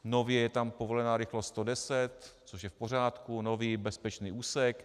Nově je tam povolená rychlost 110, což je v pořádku, nový bezpečný úsek.